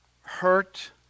hurt